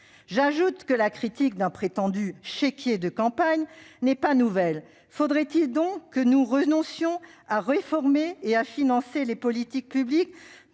J'ajoute que la critique d'un prétendu « chéquier de campagne » n'est pas nouvelle. Faudrait-il donc que nous renoncions à réformer et à financer les politiques publiques